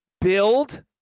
build